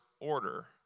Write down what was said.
order